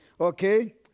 Okay